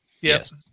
yes